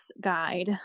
guide